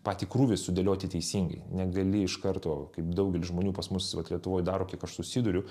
patį krūvį sudėlioti teisingai negali iš karto kaip daugelis žmonių pas mus vat lietuvoj daro kiek aš susiduriu